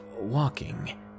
walking